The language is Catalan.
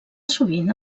sovint